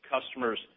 customers